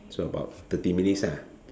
so about thirty minutes ah